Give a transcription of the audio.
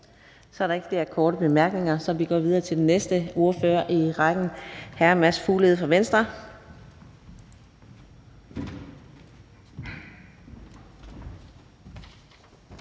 Der er ikke nogen korte bemærkninger, så vi går videre til den næste ordfører i rækken, som er hr. Carsten